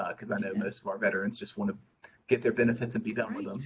ah because i know most of our veterans just want to get their benefits and be done with them.